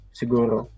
siguro